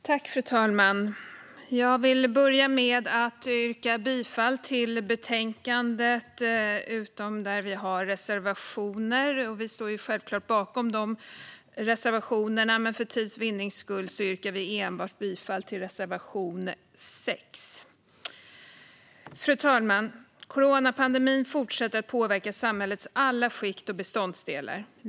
Fru talman! Jag vill börja med att yrka bifall till förslaget i betänkandet, utom där vi har reservationer. Vi står självklart bakom alla våra reservationer, men för tids vinnande yrkar jag bifall enbart till reservation 6. Fru talman! Coronapandemin fortsätter att påverka samhällets alla skikt och beståndsdelar.